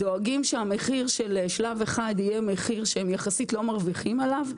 דואגים שהמחיר של שלב אחד יהיה מחיר שהם יחסית לא מרוויחים עליו,